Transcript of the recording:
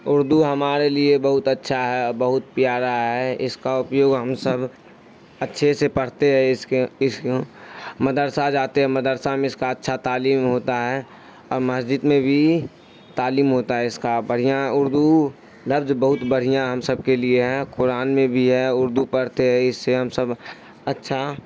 اردو ہمارے لیے بہت اچھا ہے اور بہت پیارا ہے اس کا اپیوگ ہم سب اچھے سے پڑھتے ہے اس کے اس مدرسہ جاتے ہیں مدرسہ میں اس کا اچھا تعلیم ہوتا ہے اور مسجد میں بھی تعلیم ہوتا ہے اس کا بڑھیا اردو لفظ بہت بڑھیا ہم سب کے لیے ہیں قرآن میں بھی ہے اردو پڑھتے ہے اس سے ہم سب اچھا